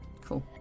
Cool